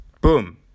boom